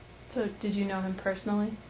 did you know him personally?